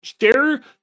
share